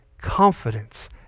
confidence